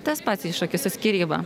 tas pats iššūkis su skyryba